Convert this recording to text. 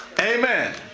amen